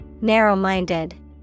Narrow-minded